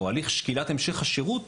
או הליך שקילת המשך השירות,